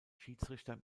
schiedsrichter